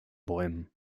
bäumen